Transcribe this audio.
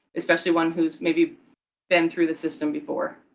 especially one who's maybe been through the system before?